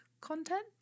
content